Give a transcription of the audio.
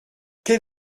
quel